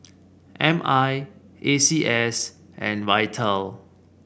M I A C S and Vital